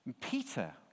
Peter